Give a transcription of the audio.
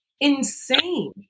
insane